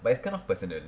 but it's kind of personal